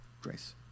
Grace